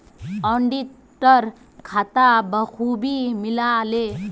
auditor खाता बखूबी मिला ले